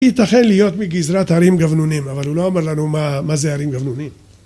היא תחל להיות מגזרת ערים גבנונים, אבל הוא לא אומר לנו מה זה ערים גבנונים.